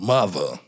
Mother